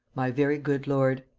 my very good lord,